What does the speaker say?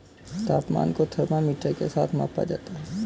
तापमान को थर्मामीटर के साथ मापा जाता है